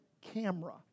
camera